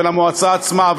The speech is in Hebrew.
ולמועצה עצמה,